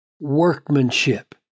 workmanship